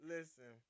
Listen